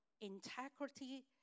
integrity